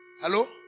Hello